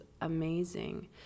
amazing